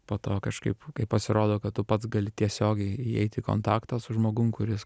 po to kažkaip kai pasirodo kad tu pats gali tiesiogiai įeit į kontaktą su žmogum kuris